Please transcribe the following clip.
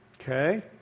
Okay